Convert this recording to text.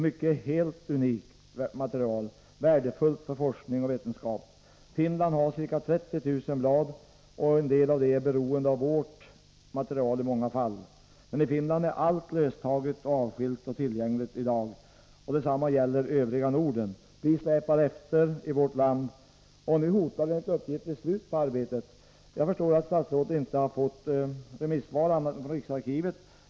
Mycket är helt unikt material, värdefullt för forskning och vetenskap. Finland har ca 30 000 blad; en del av det materialet är beroende av vårt material. Men i Finland är i dag allt löstaget, avskilt och tillgängligt. Detsamma gäller övriga Norden. Vi släpar efter i vårt land. Och nu hotar det enligt uppgift att bli slut på arbetet. Jag förstår att statsrådet inte inhämtat synpunkter annat än från riksarkivet.